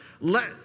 let